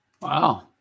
Wow